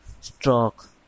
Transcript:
Stroke